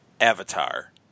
Avatar